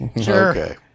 sure